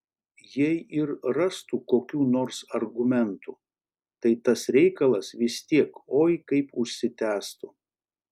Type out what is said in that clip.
jei ir rastų kokių nors argumentų tai tas reikalas vis tiek oi kaip užsitęstų